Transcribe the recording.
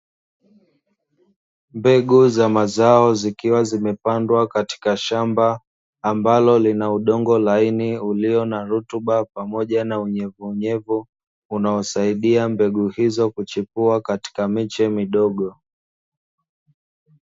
Mbegu za mazao zikiwa zimepandwa katika shamba, ambalo lina udongo laini, ulio na rutuba pamoja na unyevunyevu, unaisaidia mbegu hizo kuchipua katika miche midogo.